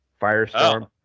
Firestorm